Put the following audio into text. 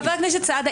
חבר הכנסת סעדה,